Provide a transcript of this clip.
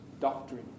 doctrine